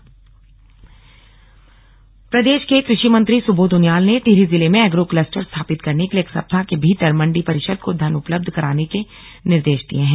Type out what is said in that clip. slug कृषि मंत्री बैठक प्रदेश के कृषि मंत्री सुबोध उनियाल ने टिहरी जिले में एग्रो क्लस्टर स्थापित करने के लिए एक सप्ताह के भीतर मण्डी परिषद को धन उपलब्ध कराने के निर्देश दिये हैं